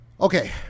Okay